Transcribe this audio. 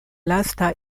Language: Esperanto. lasta